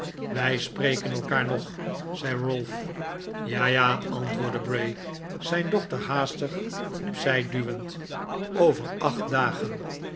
wij spreken elkaar nog wel zei ralph ja ja antwoordde bray zijn dochter haastig op zij duwend over acht dagen